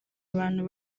abantu